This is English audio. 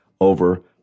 over